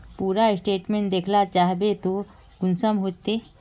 पूरा स्टेटमेंट देखला चाहबे तो कुंसम होते?